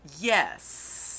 Yes